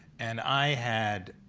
and i had,